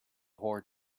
whore